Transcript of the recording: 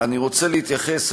אני רוצה להתייחס,